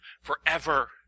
forever